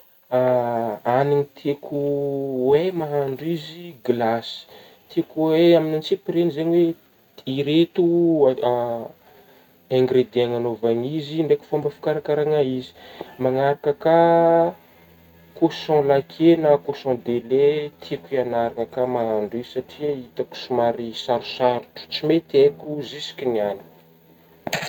Hanigny tiako hoe mahandro izy hoe gilasy, tiako hoe amin'gny antsipirihigny zegny hoe i- ireto ingrediegna nagnaovagna izy ndraiky fômba fikarakaragna izy manaraka ka kôsô lake na kôsô dele tiako ianaragna ka mahandro izy satria hitako somary sarosarotra tsy mety haiko zisky niagny.